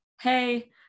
hey